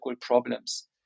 problems